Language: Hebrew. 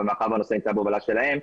אבל הנושא נמצא בהובלה שלהם.